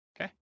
okay